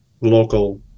local